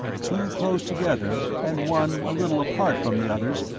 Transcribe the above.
two close together and one a little apart from the others,